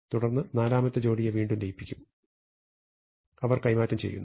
തുടർന്ന് നാലാമത്തെ ജോഡിയെ വീണ്ടും ലയിപ്പിക്കും അവർ കൈമാറ്റം ചെയ്യുന്നു